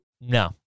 No